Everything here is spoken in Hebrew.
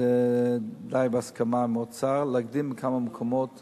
די בהסכמה עם האוצר, להקדים בכמה מקומות